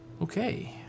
Okay